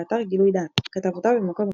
באתר גילוי דעת כתבותיו במקור ראשון,